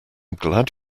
glad